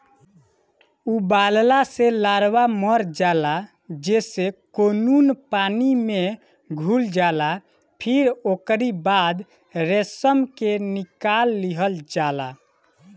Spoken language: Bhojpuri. उबालला से लार्वा मर जाला जेसे कोकून पानी में घुल जाला फिर ओकरी बाद रेशम के निकाल लिहल जाला